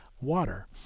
water